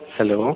hello